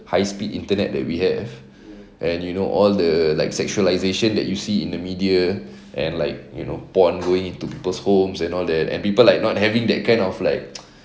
high speed internet that we have and you know all the like sexualisation that you see in the media and like you know porn going into people's homes and all that and people like not having that kind of like